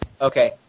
Okay